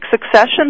succession